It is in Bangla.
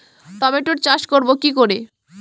টমেটোর চাষ করব কি করে?